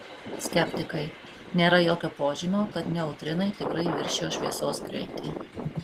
skeptikai nėra jokio požymio kad neutrinai tikrai viršijo šviesos greitį